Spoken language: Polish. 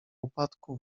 upadku